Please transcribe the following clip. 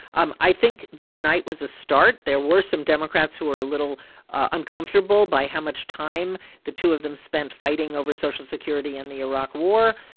um i think tonight was a start. there were some democrats who are a little uncomfortable by how much time the two of them spent fighting over social security and the iraq war.